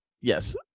yes